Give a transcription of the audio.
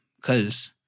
cause